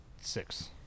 Six